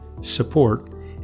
support